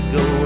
go